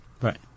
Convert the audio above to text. Right